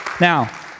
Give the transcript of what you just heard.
Now